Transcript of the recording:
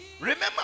Remember